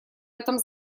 этом